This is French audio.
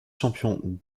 champion